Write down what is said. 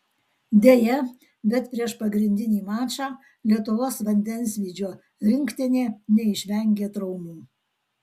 deja bet prieš pagrindinį mačą lietuvos vandensvydžio rinktinė neišvengė traumų